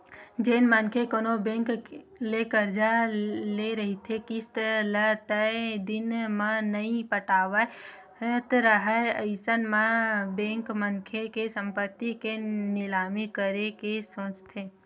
जेन मनखे कोनो बेंक ले करजा ले रहिथे किस्ती ल तय दिन म नइ पटावत राहय अइसन म बेंक मनखे के संपत्ति के निलामी करे के सोचथे